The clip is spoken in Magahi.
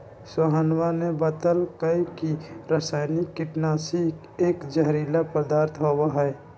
सोहनवा ने बतल कई की रसायनिक कीटनाशी एक जहरीला पदार्थ होबा हई